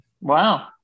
Wow